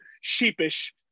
sheepish